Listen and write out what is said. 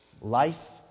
Life